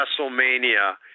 WrestleMania